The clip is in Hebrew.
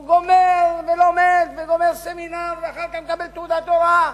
הוא לומד וגומר סמינר ואחר כך מקבל תעודת הוראה.